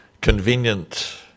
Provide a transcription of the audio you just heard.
Convenient